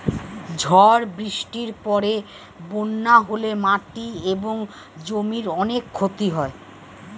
ঝড় বৃষ্টির পরে বন্যা হলে মাটি এবং জমির অনেক ক্ষতি হয়